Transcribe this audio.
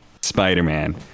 spider-man